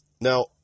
now